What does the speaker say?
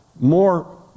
More